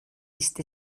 ist